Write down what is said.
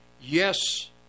yes